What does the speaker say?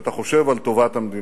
כשאתה חושב על טובת המדינה.